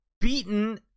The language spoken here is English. beaten